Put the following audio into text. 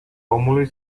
omului